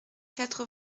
quatre